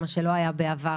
מה שלא היה בעבר.